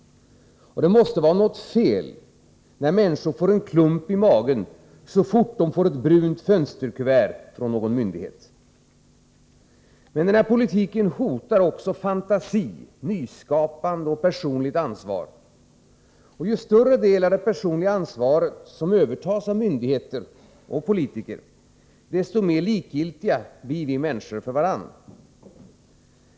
Det måste vara något fel när människor får en klump i magen så fort de får ett brunt fönsterkuvert från någon myndighet. Men denna politik hotar också fantasi, nyskapande och personligt ansvar. Ju större del av det personliga ansvaret som övertas av myndigheter och politiker, desto mer likgiltiga blir vi människor för varandra.